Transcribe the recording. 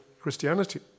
Christianity